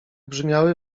brzmiały